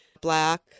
black